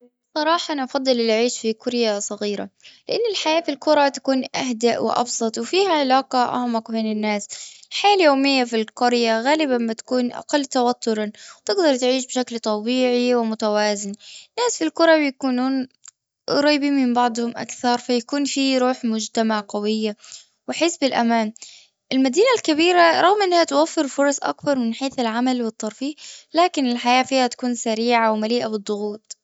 بصراحة أنا أفضل العيش في قرية صغيرة لأن الحياة في القري تكون أهدأ وأبسط وفيها علاقة أعمق بين الناس. الحياة اليومية في القرية غالبا بتكون اقل توتر وتقدر تعيش بشكل طبيعي ومتوازن. ناس القرى بيكونون قريبين من بعضهم أكثر فيكون فيروح مجتمع قوية وأحس بالأمان. المدينة الكبيرة رغم أنها توفر فرص اكبر من حيث العمل والترفيه. لكن الحياة فيها تكون سريعة ومليئة بالضغوط.